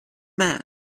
man